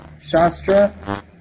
Shastra